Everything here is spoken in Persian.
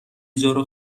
جارو